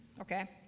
okay